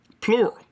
plural